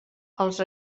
als